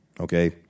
Okay